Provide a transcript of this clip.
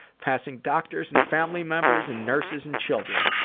passing doctors and family members and nurses and children.